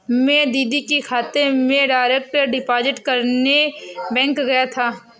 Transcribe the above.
मैं दीदी के खाते में डायरेक्ट डिपॉजिट करने बैंक गया था